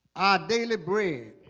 our daily bread